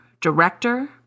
director